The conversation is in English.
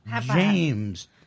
James